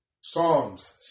Psalms